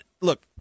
look